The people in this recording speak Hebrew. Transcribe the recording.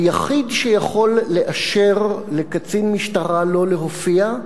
היחיד שיכול לאשר לקצין משטרה לא להופיע,